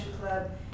Club